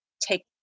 take